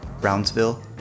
Brownsville